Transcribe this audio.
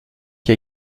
qui